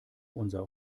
unser